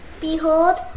behold